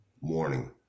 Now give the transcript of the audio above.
morning